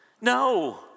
no